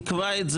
עיכבה,